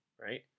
right